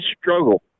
struggle